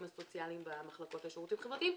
הסוציאליים במחלקות לשירותים חברתיים.